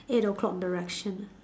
eight O-clock direction